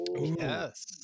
Yes